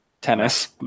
tennis